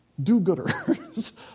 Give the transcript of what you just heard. do-gooders